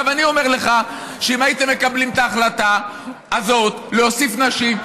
אני אומר לך שאם הייתם מקבלים את ההחלטה הזאת להוסיף נשים,